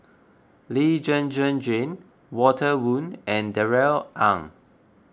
Lee Zhen Zhen Jane Walter Woon and Darrell Ang